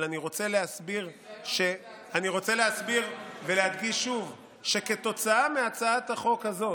אבל אני רוצה להסביר ולהדגיש שוב שכתוצאה מהצעת החוק הזאת,